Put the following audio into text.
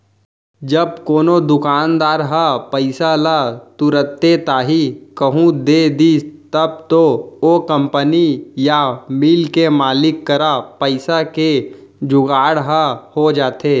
जब कोनो दुकानदार ह पइसा ल तुरते ताही कहूँ दे दिस तब तो ओ कंपनी या मील के मालिक करा पइसा के जुगाड़ ह हो जाथे